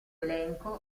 elenco